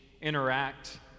interact